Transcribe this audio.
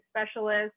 specialist